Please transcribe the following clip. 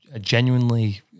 genuinely